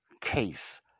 case